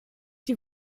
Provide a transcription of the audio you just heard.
die